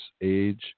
age